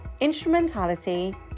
instrumentality